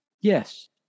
Yes